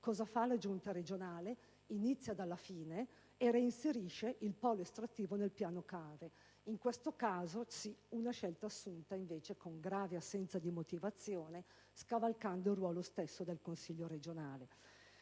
cosa fa la giunta regionale? Inizia dalla fine e reinserisce il polo estrattivo nel piano cave. In questo caso, sì, una scelta assunta con grave assenza di motivazione, scavalcando il ruolo stesso del consiglio regionale.